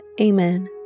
Amen